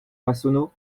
massonneau